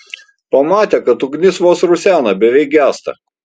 pamatė kad ugnis vos rusena beveik gęsta